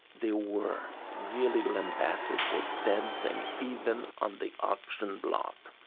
they were really lambasted for dancing even on the auction block